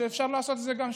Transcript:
שאפשר לעשות את זה שוב.